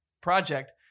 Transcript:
project